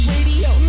Radio